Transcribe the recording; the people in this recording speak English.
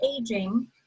aging